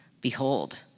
Behold